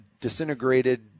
disintegrated